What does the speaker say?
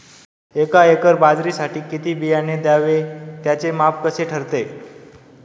एका एकर बाजरीसाठी किती बियाणे घ्यावे? त्याचे माप कसे ठरते?